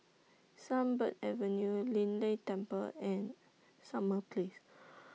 Sunbird Avenue Lei Yin Temple and Summer Place